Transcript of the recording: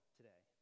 today